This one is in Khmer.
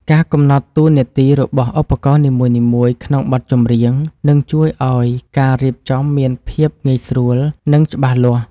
ការកំណត់តួនាទីរបស់ឧបករណ៍នីមួយៗក្នុងបទចម្រៀងនឹងជួយឱ្យការរៀបចំមានភាពងាយស្រួល និង ច្បាស់លាស់។